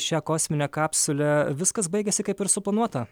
šią kosminę kapsulę viskas baigėsi kaip ir suplanuota